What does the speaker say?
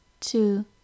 two